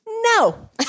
no